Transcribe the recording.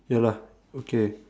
ya lah okay